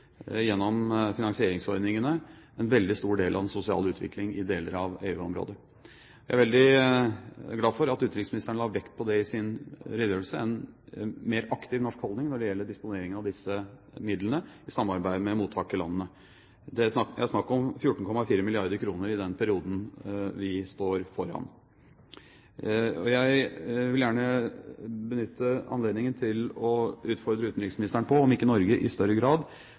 gjennom finansieringsordningene, en veldig stor del av den sosiale utviklingen i deler av EU-området. Jeg er veldig glad for at utenriksministeren i sin redegjørelse la vekt på en mer aktiv norsk holdning når det gjelder disponering av disse midlene, i samarbeid med mottakerlandene. Det er snakk om 14,4 milliarder kr i den perioden vi står foran. Jeg vil gjerne benytte anledningen til å utfordre utenriksministeren på om ikke Norge i større grad